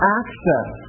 access